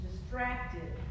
distracted